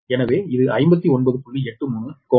எனவே இது 59